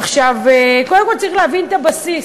עכשיו, קודם כול צריך להבין את הבסיס.